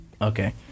Okay